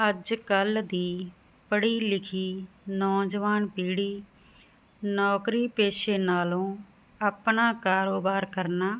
ਅੱਜ ਕੱਲ ਦੀ ਪੜ੍ਹੀ ਲਿਖੀ ਨੌਜਵਾਨ ਪੀੜੀ ਨੌਕਰੀ ਪੇਸ਼ੇ ਨਾਲੋਂ ਆਪਣਾ ਕਾਰੋਬਾਰ ਕਰਨਾ